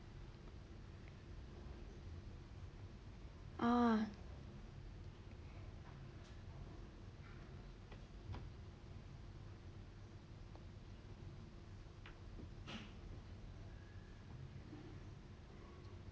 uh